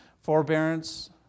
forbearance